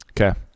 Okay